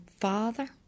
father